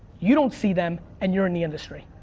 you don't see them and you're in the industry.